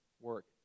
work